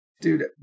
dude